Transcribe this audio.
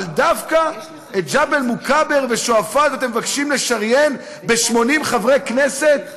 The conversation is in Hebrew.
אבל דווקא את ג'בל מוכבר ושועפאט אתם מבקשים לשריין ב-80 חברי כנסת?